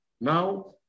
Now